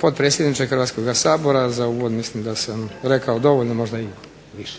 potpredsjedniče Hrvatskoga sabora, za uvod mislim da sam rekao dovoljno možda i više.